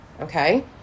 okay